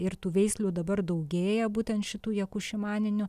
ir tų veislių dabar daugėja būtent šitų jakušimaninių